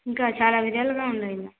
ఇంకా చాలా విధాలుగా ఉన్నాయి